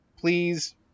please